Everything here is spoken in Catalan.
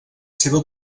seva